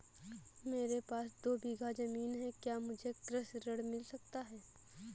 मेरे पास दो बीघा ज़मीन है क्या मुझे कृषि ऋण मिल सकता है?